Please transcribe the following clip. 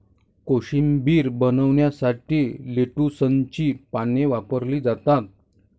कोशिंबीर बनवण्यासाठी लेट्युसची पाने वापरली जातात